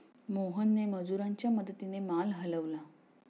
मोहनने मजुरांच्या मदतीने माल हलवला